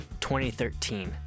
2013